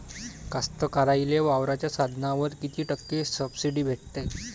कास्तकाराइले वावराच्या साधनावर कीती टक्के सब्सिडी भेटते?